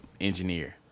engineer